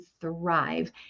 thrive